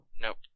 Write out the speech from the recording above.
Nope